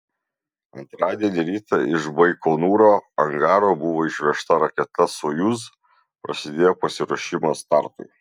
antradienį rytą iš baikonūro angaro buvo išvežta raketa sojuz prasidėjo pasiruošimas startui